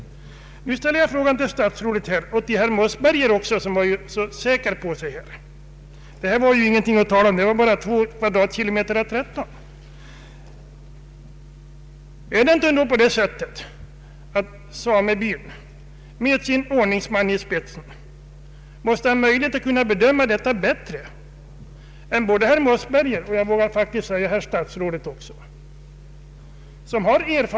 Nu vill jag ställa en fråga till stasrådet och till herr Mossberger, som var mycket säker på sin sak. De hävdade att detta inte är något att tala om, eftersom det bara rör sig om två kvadratkilometer av 1300. Jag frågar: Är det inte ändå på det sättet att samebyn, med sin ordningsman i spetsen, måste ha bättre möjlighet att bedöma detta än både herr Mossberger och — det vågar jag hävda — herr statsrådet?